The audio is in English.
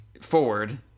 forward